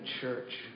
church